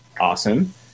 awesome